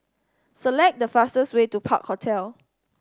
select the fastest way to Park Hotel